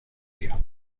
día